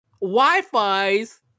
Wi-Fi's